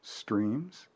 streams